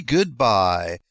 Goodbye